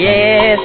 Yes